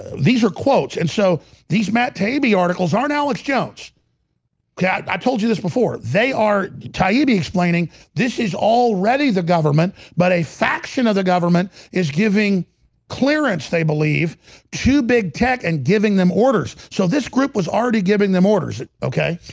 these are quotes. and so these matt taibbi articles aren't alex jones yeah, i told you this before they are taibbi explaining this is already the government but a faction of the government is giving clearance, they believe two big tech and giving them orders. so this group was already giving them orders. okay?